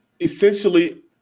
essentially